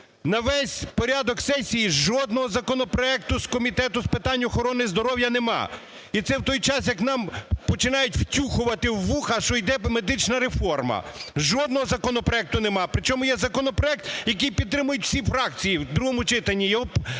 На весь порядок сесії жодного законопроекту з Комітету з питань охорони здоров'я нема і це в той час, як нам починають втюхувати у вуха, що йде медична реформа. Жодного законопроекту нема, причому є законопроект, який підтримують всі фракції в другому читанні,